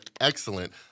excellent